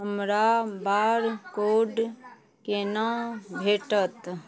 हमरा बारकोड कोना भेटत